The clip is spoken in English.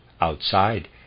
outside